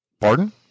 Pardon